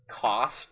cost